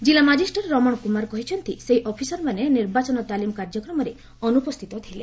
ଜିଲ୍ଲା ମାଜିଷ୍ଟ୍ରେଟ୍ ରମଣ କୁମାର କହିଛନ୍ତି ସେହି ଅଫିସରମାନେ ନିର୍ବାଚନ ତାଲିମ କାର୍ଯ୍ୟକ୍ରମରେ ଅନୁପସ୍ଥିତ ଥିଲେ